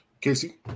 Casey